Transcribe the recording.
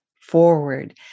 forward